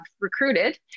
recruited